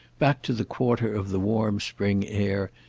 back to the quarter of the warm spring air,